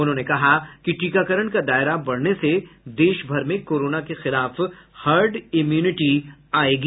उन्होंने कहा कि टीकाकरण का दायरा बढ़ने से देश भर में कोरोना के खिलाफ हर्ड इम्युनिटी आयेगी